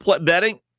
betting